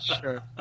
sure